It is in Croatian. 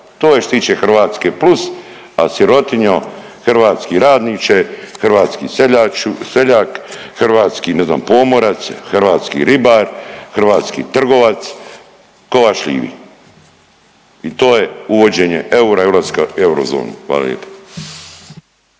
To je što se tiče Hrvatske plus, a sirotinjo, hrvatski radniče, hrvatski seljak, hrvatski ne znam pomorac, hrvatski ribar, hrvatski trgovac ko vas šljivi i to je uvođenje eura, europska eurozono. Hvala lijepo.